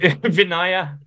Vinaya